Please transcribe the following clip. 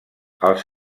als